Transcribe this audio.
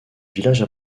villages